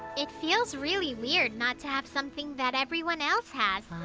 it feels really weird not to have something that everyone else has.